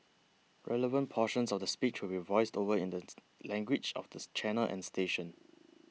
relevant portions of the speech will be voiced over in the language of this channel and station